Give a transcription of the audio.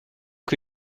que